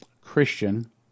Christian